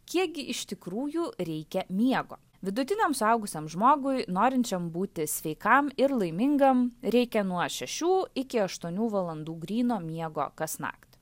kiekgi iš tikrųjų reikia miego vidutiniam suaugusiam žmogui norinčiam būti sveikam ir laimingam reikia nuo šešių iki aštuonių valandų gryno miego kasnakt